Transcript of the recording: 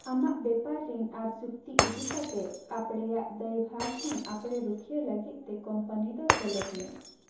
ᱟᱢᱟᱜ ᱵᱮᱯᱟᱨ ᱨᱤᱱ ᱟᱨ ᱪᱩᱠᱛᱤ ᱤᱫᱤ ᱠᱟᱛᱮ ᱟᱯᱲᱮᱭᱟᱜ ᱫᱟᱹᱭᱵᱷᱟᱨ ᱠᱷᱚᱱ ᱟᱯᱲᱮ ᱨᱩᱠᱷᱤᱭᱟᱹ ᱞᱟᱹᱜᱤᱫ ᱛᱮ ᱠᱳᱢᱯᱟᱱᱤ ᱫᱚ ᱥᱮᱞᱮᱫ ᱢᱮ